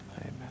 Amen